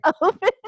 open